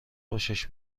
خوشش